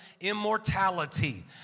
immortality